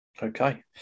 Okay